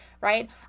right